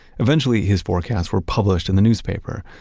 eventually his forecasts were published in the newspaper,